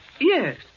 Yes